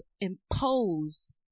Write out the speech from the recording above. impose